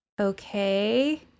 Okay